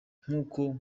nk’uko